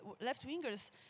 left-wingers